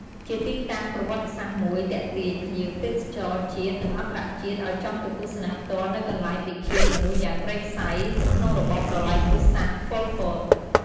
ជាទីតាំងប្រវត្តិសាស្ត្រមួយទាក់ទាញភ្ញៀវទេសចរជាតិ និងអន្តរជាតិឲ្យចង់ទៅទស្សនាផ្ទាល់នូវកន្លែងពិឃាដមនុស្សយ៉ាងព្រៃផ្សៃ ក្នុងរបបប្រល័យពូជសាសន៍ប៉ុលពត។